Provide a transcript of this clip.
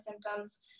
symptoms